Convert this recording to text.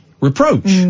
reproach